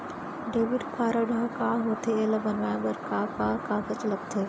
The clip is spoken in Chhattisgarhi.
डेबिट कारड ह का होथे एला बनवाए बर का का कागज लगथे?